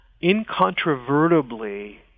incontrovertibly